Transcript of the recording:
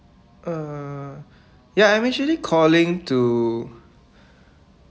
uh ya I'm actually calling to